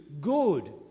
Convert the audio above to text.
good